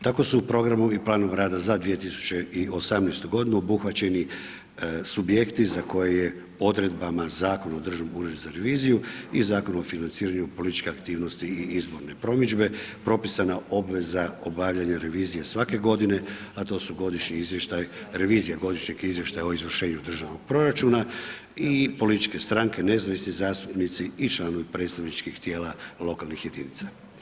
Tako su u programu i planu rada za 2018. godinu obuhvaćeni subjekti za koje je odredbama Zakona o Državnom uredu za reviziju i Zakonom o financiranju političke aktivnosti i izborne promidžbe propisana obveza obavljanja revizije svake godine a to su godišnji izvještaj, revizija godišnjeg izvještaja o izvršenju državnog proračuna i političke stranke, nezavisni zastupnici i članovi predstavničkih tijela lokalnih jedinica.